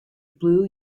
blue